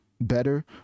better